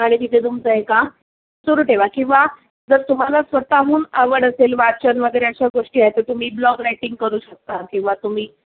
आणि तिथे तुमचं हे का सुरू ठेवा किंवा जर तुम्हाला स्वतःहून आवड असेल वाचन वगैरे अशा गोष्टी आहेत तर तुम्ही ब्लॉग रायटिंग करू शकता किंवा तुम्ही